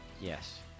Yes